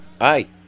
Hi